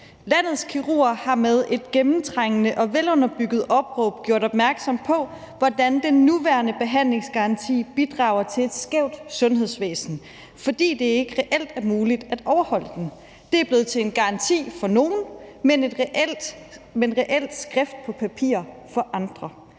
»Landets kirurger har med et gennemtrængende og velunderbygget opråb gjort opmærksom på, hvordan den nuværende behandlingsgaranti bidrager til et skævt sundhedsvæsen, fordi det reelt ikke er muligt at overholde den. Det er blevet til en garanti for nogen , men reelt skrift på papir for andre.